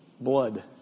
blood